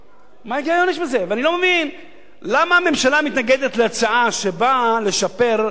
אני לא מבין למה הממשלה מתנגדת להצעה שבאה לשפר את ההכנסות שלה